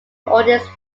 audience